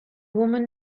woman